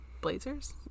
blazers